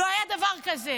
לא היה דבר כזה.